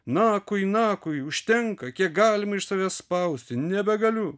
nakui nakui užtenka kiek galime iš savęs spausti nebegaliu